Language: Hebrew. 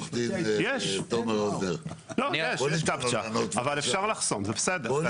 יש קפצ'ה אבל אפשר לחסום, זה בסדר.